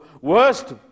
worst